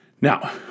Now